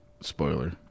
Spoiler